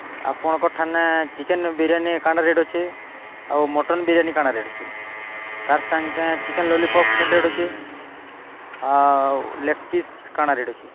ଆପଣଙ୍କଠାନେ chicken biryani କାଣା rate ଅଛେ ଆଉ ମଟନ୍ ବିରିୟାନୀ କାଣା ରେଟ୍ ଅଛେ ତାର୍ ସାଙ୍ଗେ କେଁ ଚିକେନ୍ ଲଲିପପ୍ କେନ୍ ରେଟ୍ ଅଛେ ଆଉ ଲେଗ୍ ପିସ୍ କାଣା ରେଟ୍ ଅଛେ